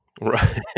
Right